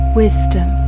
wisdom